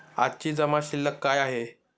आजची जमा शिल्लक काय आहे?